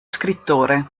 scrittore